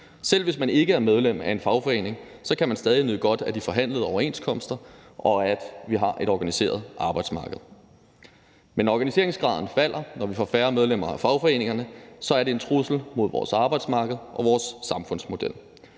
Selv hvis man ikke er medlem af en fagforening, kan man stadig nyde godt af de forhandlede overenskomster og af, at vi har et organiseret arbejdsmarked. Men når organiseringsgraden falder, når vi får færre medlemmer af fagforeningerne, er det en trussel mod vores arbejdsmarked og vores samfundsmodel.